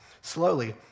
slowly